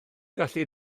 gallu